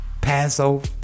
Passover